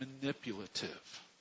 manipulative